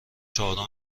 چهارم